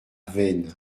veynes